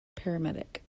paramedic